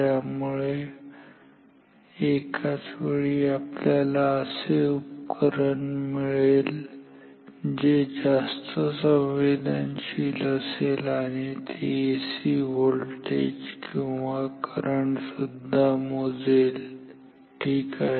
त्यामुळे एकाच वेळी आपल्याला असे उपकरण मिळेल जे जास्त संवेदनशील असेल आणि ते एसी व्होल्टेज किंवा करंट सुद्धा मोजेल ठीक आहे